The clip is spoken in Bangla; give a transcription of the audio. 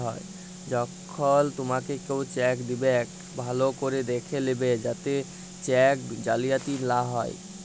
যখল তুমাকে কেও চ্যাক দিবেক ভাল্য ক্যরে দ্যাখে লিবে যাতে চ্যাক জালিয়াতি লা হ্যয়